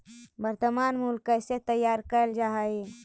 वर्तनमान मूल्य कइसे तैयार कैल जा हइ?